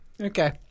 Okay